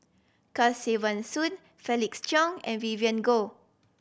Kesavan Soon Felix Cheong and Vivien Goh